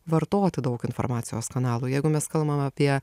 vartoti daug informacijos kanalų jeigu mes kalbam apie